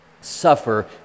suffer